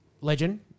Legend